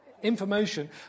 information